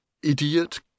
idiot